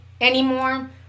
anymore